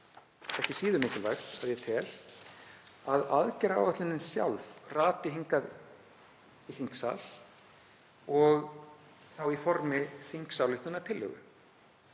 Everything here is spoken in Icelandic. ekki síður mikilvægt, að ég tel, að aðgerðaáætlunin sjálf rati hingað í þingsal og þá í formi þingsályktunartillögu.